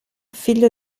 figlio